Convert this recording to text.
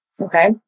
Okay